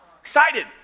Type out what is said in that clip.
Excited